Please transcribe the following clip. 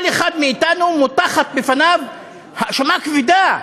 כל אחד מאתנו, מוטחת בפניו האשמה כבדה: